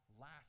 last